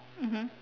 mmhmm